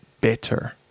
better